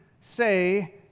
say